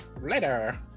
later